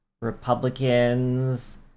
republicans